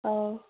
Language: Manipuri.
ꯑꯥꯎ